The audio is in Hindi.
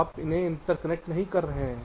आप उन्हें इंटरकनेक्ट नहीं कर रहे हैं